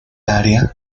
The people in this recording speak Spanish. área